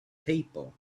people